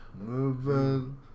moving